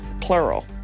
plural